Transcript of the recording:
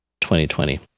2020